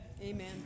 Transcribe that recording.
Amen